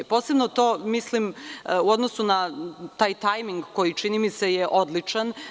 Posebno mislim u odnosu na taj tajming koji je, čini mi se, odličan.